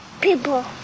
People